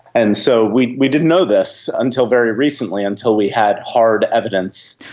and so we we didn't know this until very recently, until we had hard evidence.